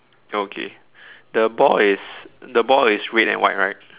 okay the ball is the ball is red and white right